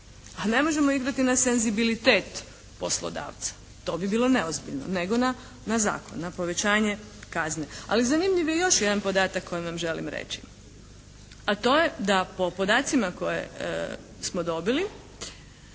A ne možemo igrati na senzibilitet poslodavca, to bi bilo neozbiljno, nego na zakon, na povećanje kazne. Ali zanimljiv je još jedan podatak koji vam želim reći a to je da po podacima koje smo dobili